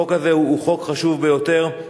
החוק הזה הוא חוק חשוב ביותר.